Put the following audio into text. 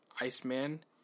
Iceman